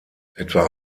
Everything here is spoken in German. etwa